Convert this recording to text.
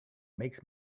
makes